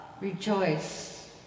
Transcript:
Rejoice